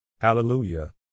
Hallelujah